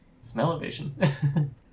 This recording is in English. smell-o-vision